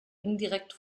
indirekt